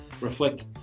reflect